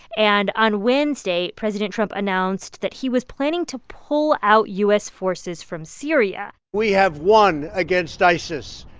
and on wednesday, president trump announced that he was planning to pull out u s. forces from syria we have won against isis.